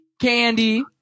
Candy